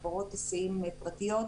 חברות היסעים פרטיות,